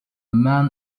man